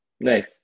nice